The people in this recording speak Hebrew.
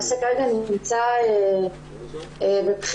הנושא כרגע נמצא בבחינה.